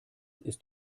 ist